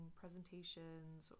presentations